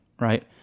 right